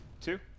two